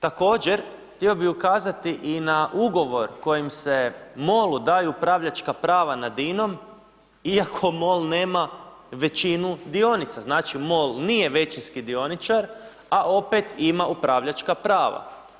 Također, htio bi ukazati i na ugovor kojim se MOL-u daju upravljačka prava nad INOM iako MOL nema većinu dionica, znači MOL nije većinski dioničar, a opet ima upravljačka prava.